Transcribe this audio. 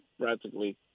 practically